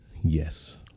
yes